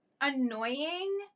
annoying